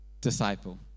disciple